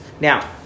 Now